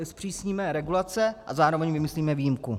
Zpřísníme regulace a zároveň vymyslíme výjimku.